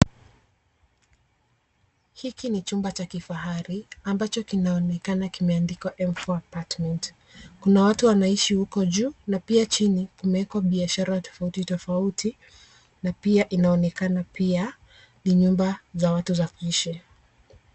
Hiki ni chumba cha kifahari ambacho kinaonekana kimeandikwa M4 apartment, kuna watu wanaishi huko juu na pia chini kumeekwa biashara tofauti tofauti na pia inaonekana pia ni nyumba za watu za kuishi.